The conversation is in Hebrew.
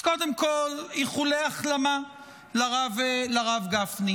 אז קודם כול איחולי החלמה לרב גפני.